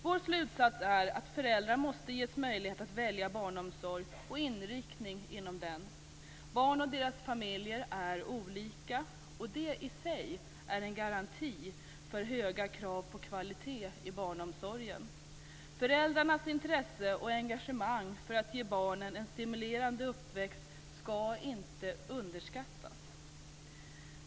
Vår slutsats är att föräldrar måste ges möjlighet att välja barnomsorg och inriktning inom den. Barn och deras familjer är olika. Det i sig är en garanti för höga krav på kvalitet i barnomsorgen. Föräldrarnas intresse och engagemang för att ge barnen en stimulerande uppväxt skall inte underskattas.